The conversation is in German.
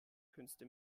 künste